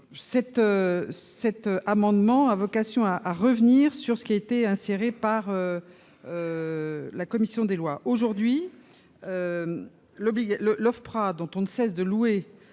Cet amendement a vocation à revenir sur une disposition insérée par la commission des lois. Aujourd'hui, l'OFPRA, dont on ne cesse de louer